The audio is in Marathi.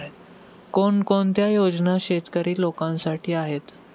कोणकोणत्या योजना शेतकरी लोकांसाठी आहेत?